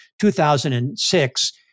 2006